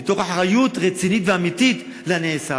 מתוך אחריות רצינית ואמיתית לנעשה,